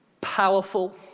powerful